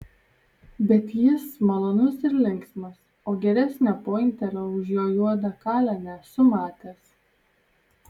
bet jis malonus ir linksmas o geresnio pointerio už jo juodą kalę nesu matęs